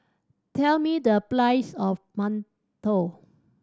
tell me the price of mantou